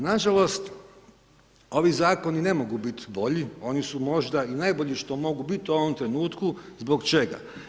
Nažalost, ovi zakoni ne mogu biti bolji, oni su možda i najbolji što mogu biti u ovom trenutku, zbog čega?